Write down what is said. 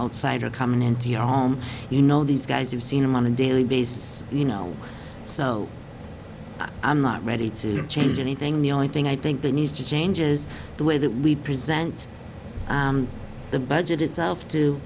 outsider coming into your home you know these guys who've seen him on a daily basis you know so i'm not ready to change anything the only thing i think they need to change is the way that we present the budget itself